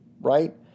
right